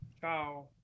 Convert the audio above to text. Ciao